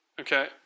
Okay